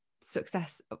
success